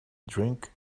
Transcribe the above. drink